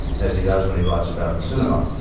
as he does when he writes about the cinema,